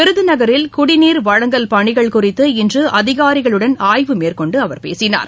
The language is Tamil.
விருதநகரில் குடிநீர் வழங்கல் பணிகள் குறித்து இன்று அதிகாரிகளுடன் ஆய்வு மேற்கொண்டு அவர் பேசினார்